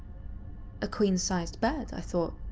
a queen-size bed, i thought,